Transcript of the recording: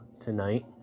tonight